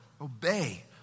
obey